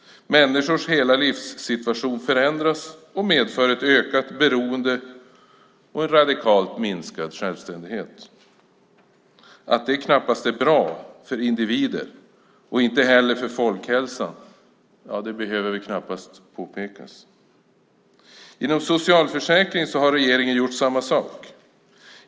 Människors hela livssituation förändras. Det medför ett ökat beroende och en radikalt minskad självständighet. Att det inte är bra för individen och inte heller för folkhälsan behöver väl knappast påpekas. Inom socialförsäkringen har regeringen gjort samma sak.